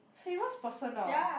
famous person ah